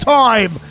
time